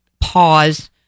pause